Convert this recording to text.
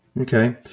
Okay